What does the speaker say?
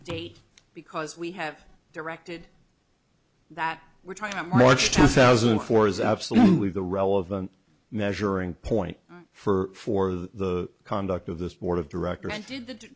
date because we have directed that we're trying to march two thousand and four is absolutely the relevant measuring point for for the conduct of this board of directors did the di